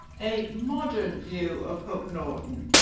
a modern view of hook norton.